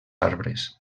arbres